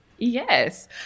Yes